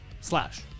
slash